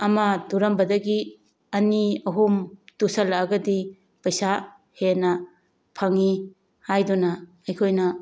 ꯑꯃ ꯇꯨꯔꯝꯕꯗꯒꯤ ꯑꯅꯤ ꯑꯍꯨꯝ ꯇꯨꯁꯜꯂꯛꯑꯒꯗꯤ ꯄꯩꯁꯥ ꯍꯦꯟꯅ ꯐꯪꯏ ꯍꯥꯏꯗꯨꯅ ꯑꯩꯈꯣꯏꯅ